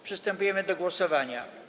Przystępujemy do głosowania.